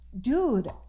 Dude